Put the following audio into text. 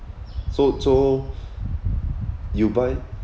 so so you buy